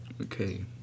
Okay